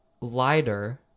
lighter